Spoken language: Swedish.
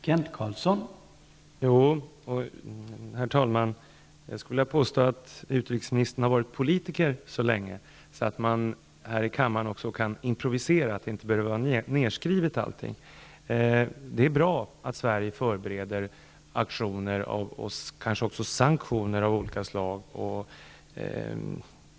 Herr talman! Jag skulle vilja påstå att utrikesministern har varit politiker så länge att hon också borde kunna improvisera här i kammaren, att allting inte behöver vara nedskrivet. Det är bra att Sverige förbereder aktioner och kanske också sanktioner av olika slag.